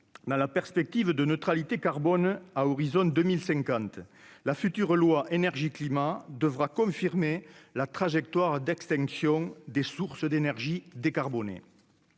dans la perspective de neutralité carbone à horizon 2050, la future loi énergie-climat devra confirmer la trajectoire d'extinction des sources d'énergies décarbonnées